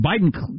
Biden